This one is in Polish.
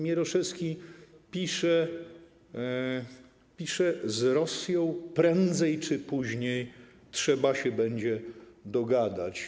Mieroszewski pisze: z Rosją prędzej czy później trzeba się będzie dogadać.